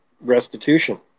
restitution